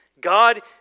God